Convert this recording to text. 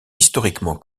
historiquement